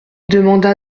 demanda